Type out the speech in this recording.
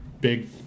big